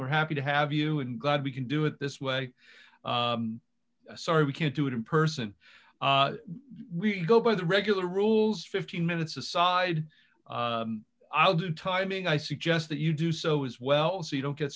we're happy to have you in god we can do it this way sorry we can't do it in person we go by the regular rules fifteen minutes aside i'll do the timing i suggest that you do so as well so you don't get